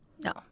No